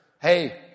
Hey